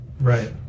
Right